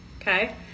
okay